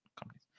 companies